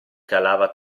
calava